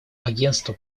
агентству